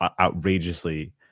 outrageously